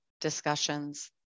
discussions